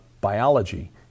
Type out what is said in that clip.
biology